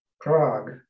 Prague